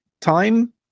time